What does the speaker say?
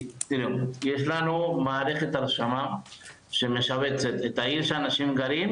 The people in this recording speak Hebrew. יש לנו מערכת הרשמה שמשבצת את העיר שאנשים גרים,